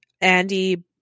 Andy